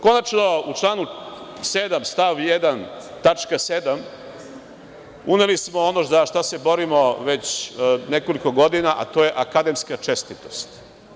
Konačno, u članu 7. stav 1. tačka 7) uneli smo ono za šta se borimo već nekoliko godina, a to je akademska čestitost.